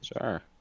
Sure